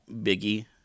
biggie